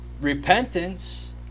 repentance